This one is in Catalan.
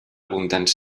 abundants